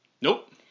Nope